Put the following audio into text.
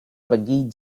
pergi